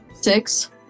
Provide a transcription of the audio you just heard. six